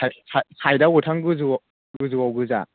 साइदाव गोथां गोजौवाव गोजौवाव गोजा